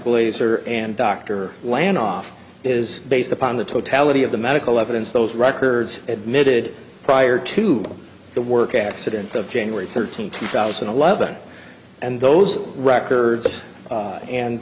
glaser and dr land off is based upon the totality of the medical evidence those records admitted prior to the work accident of january thirteenth two thousand and eleven and those records